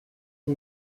who